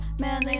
Man